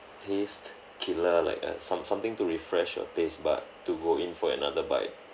taste killer like uh some something to refresh your tastebud to go in for another bite